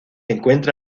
encuentra